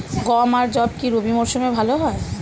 গম আর যব কি রবি মরশুমে ভালো হয়?